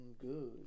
good